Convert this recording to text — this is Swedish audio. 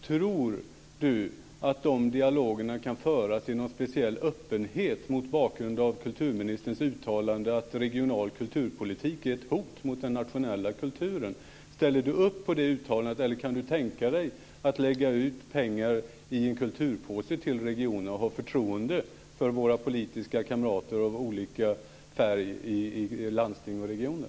Tror Tasso Stafilidis att dessa dialoger kan föras i någon speciell öppenhet mot bakgrund av kulturministerns uttalande att regional kulturpolitik är ett hot mot den nationella kulturen? Ställer Tasso Stafilidis upp på det uttalandet, eller kan han tänka sig att lägga ut pengar i en kulturpåse och ha förtroende för våra politiska kamrater av olika färg i landsting och regioner?